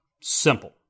Simple